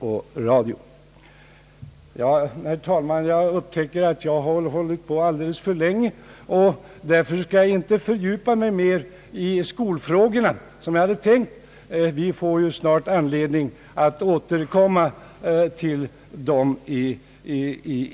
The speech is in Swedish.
Ja, herr talman, jag upptäcker att jag har talat alldeles för länge och skall därför inte fördjupa mig mer i skolfrågorna, som jag hade tänkt göra. Vi får ju snart anledning att återkomma till dem.